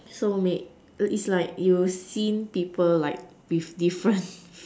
so mate it's like you seen people like with different